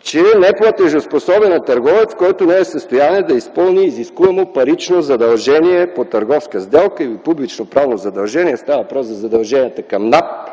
че неплатежоспособен е търговец, който не е в състояние да изпълни изискуемо парично задължение по търговска сделка или публично-правно задължение. Става въпрос за задълженията към НАП